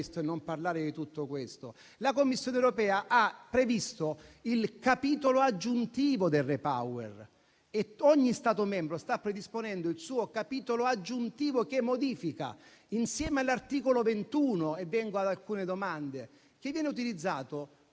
La Commissione europea ha previsto il capitolo aggiuntivo del REPowerEU e ogni Stato membro sta predisponendo il suo capitolo aggiuntivo, che modifica, insieme all'articolo 21 - e vengo